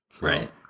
Right